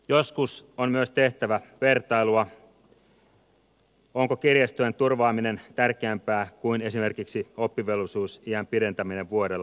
joskus on myös tehtävä vertailua onko kirjastojen turvaaminen tärkeämpää kuin esimerkiksi oppivelvollisuusiän pidentäminen vuodella